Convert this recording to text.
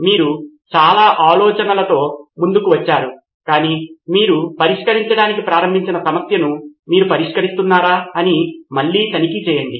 మీరు చాలా ఆలోచనలతో ముందుకు వచ్చారు కానీ మీరు పరిష్కరించడానికి ప్రారంభించిన సమస్యను మీరు పరిష్కరిస్తున్నారా అని మళ్ళీ తనిఖీ చేయండి